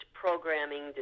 programming